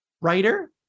Writer